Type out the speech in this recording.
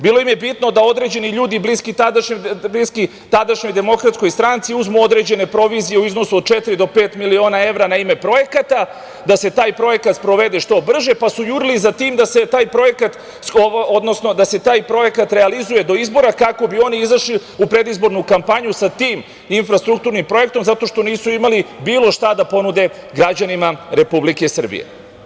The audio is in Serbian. Bilo im je bitno da određeni ljudi bliski tadašnjoj DS uzmu određene provizije u iznosu od četiri do pet miliona evra na ime projekata, da se taj projekat sprovede što brže, pa su jurili za tim da se taj projekat, odnosno da se taj projekat realizuje do izbora kako bi oni izašli u predizbornu kampanju sa tim infrastrukturnim projektom zato što nisu imali bilo šta da ponude građanima Republike Srbije.